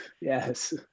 Yes